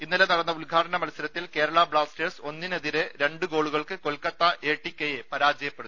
ഇന്നലെ നടന്ന ഉദ്ഘാടന മത്സരത്തിൽ കേരളാ ബ്ലാസ്റ്റേഴ്സ് ഒന്നിനെതിരെ രണ്ട് ഗോളുകൾക്ക് കൊൽക്കത്ത എടി കെയെ പരാജയപ്പെടുത്തിയിരുന്നു